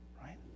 Right